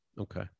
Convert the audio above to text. Okay